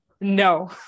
no